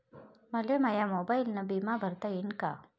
मले माया मोबाईलनं बिमा भरता येईन का?